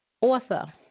author